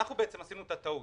אנחנו בעצם עשינו את הטעות.